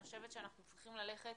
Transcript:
אני חושבת שאנחנו צריכים ללכת